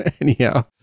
Anyhow